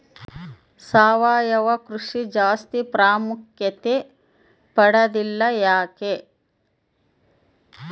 ಸಾವಯವ ಕೃಷಿ ಜಾಸ್ತಿ ಪ್ರಾಮುಖ್ಯತೆ ಪಡೆದಿಲ್ಲ ಯಾಕೆ?